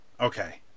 Okay